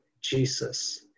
Jesus